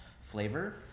flavor